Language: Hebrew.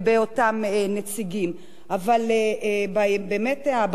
אבל באמת הבעיה האמיתית מתחילה כאשר העובדים לא